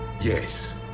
Yes